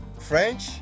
French